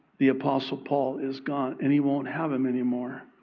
the apostle paul, is gone and he won't have him anymore.